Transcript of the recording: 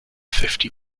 fifty